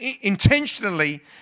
intentionally